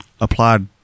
applied